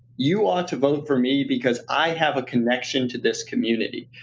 you ought to vote for me because i have a connection to this community.